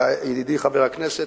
ידידי חבר הכנסת,